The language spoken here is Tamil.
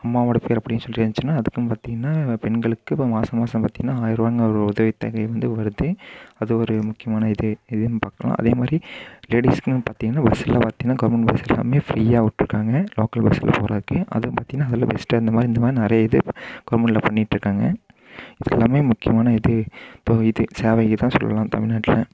அம்மாவோட பேர் அப்படின்னு சொல்லி இருந்துச்சுன்னால் அதுக்கும் பார்த்தீங்கன்னா பெண்களுக்கு இப்போ மாதம் மாதம் பார்த்தீங்கனா ஆயிரம் ரூபான்னு ஒரு உதவித்தொகை வந்து வருது அது ஒரு முக்கியமான இது இதுன்னு பார்க்குறோம் அதே மாதிரி லேடிஸ்களுக்கு பார்த்தீங்கன்னா ஒரு பஸ்சில் பார்த்தீங்கன்னா கவர்மென்ட்ஸ் பஸ் எல்லாமே ஃபிரீயாக விட்ருக்காங்க லோக்கல் பஸ் எல்லாம் போகிறதுக்கு அதுவும் பார்த்தீங்கன்னா அதில் பெஸ்ட் இந்த மாதிரி இந்த மாதிரி நிறைய இது கவர்மென்ட்டில் பண்ணிகிட்ருக்காங்க இது எல்லாமே முக்கியமான இது இப்போ இது சேவையில்தான் சொல்லணும் தமிழ்நாட்டில்